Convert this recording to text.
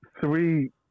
three